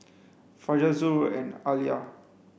Fajar Zul and Alya